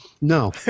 No